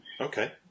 Okay